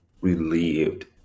relieved